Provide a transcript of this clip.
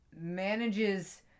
manages